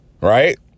Right